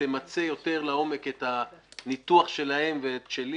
שתמצה יותר לעומק את הניתוח שלהם ושלי